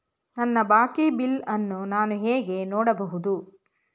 ನನ್ನ ಬಾಕಿ ಬಿಲ್ ಅನ್ನು ನಾನು ಹೇಗೆ ನೋಡಬಹುದು?